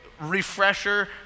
refresher